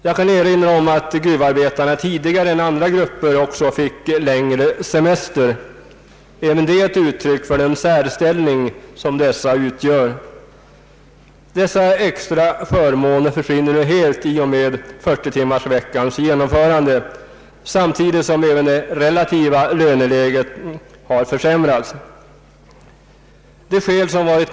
Jag kan erinra om att gruvarbetarna tidigare än andra grupper fick längre semester. Även detta är ett uttryck för den särställning som gruvarbetarna intar. Dessa extra förmåner försvinner helt i och med 40-timmarsveckans genomförande, samtidigt som det relativa löneläget har försämrats.